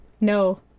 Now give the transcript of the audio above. No